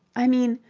i mean,